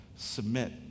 Submit